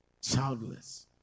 Childless